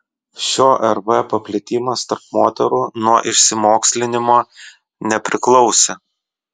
šio rv paplitimas tarp moterų nuo išsimokslinimo nepriklausė